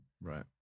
Right